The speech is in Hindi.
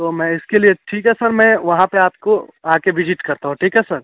तो मैं इसके लिए ठीक है सर मैं वहाँ पर आपको आ कर विज़िट करता हूँ ठीक है सर